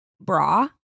bra